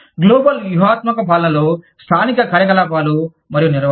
global వ్యూహాత్మక పాలనలో స్థానిక కార్యకలాపాలు మరియు నిర్వహణ